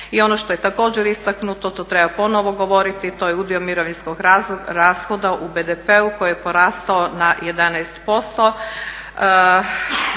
I ono što je također istaknuto to treba ponovo govoriti to je udio mirovinskog rashoda u BDP-u koji je porastao na 11%.